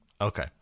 Okay